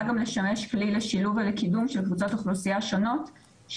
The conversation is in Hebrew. גם לשמש כלי לשילוב ולקידום של קבוצות אוכלוסייה שונות,